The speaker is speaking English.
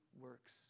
works